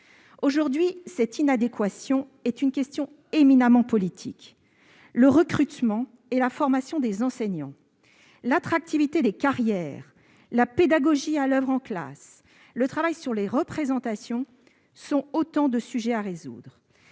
Aujourd'hui, cette inadéquation est une question éminemment politique. Le recrutement et la formation des enseignants, l'attractivité des carrières, la pédagogie à l'oeuvre en classe et le travail sur les représentations constituent autant de sujets à traiter.